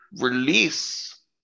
release